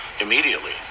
immediately